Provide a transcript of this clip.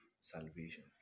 salvation